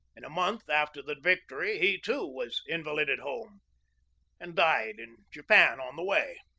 in a month after the victory he, too, was invalided home and died in japan on the way.